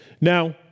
Now